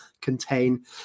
contain